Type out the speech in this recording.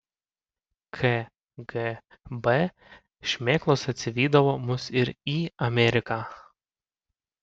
kgb šmėklos atsivydavo mus ir į ameriką